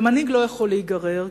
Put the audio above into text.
ומנהיג לא יכול להיגרר,